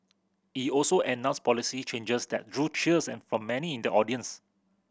he also announced policy changes that drew cheers and for many in the audience